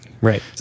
right